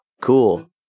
Cool